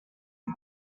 one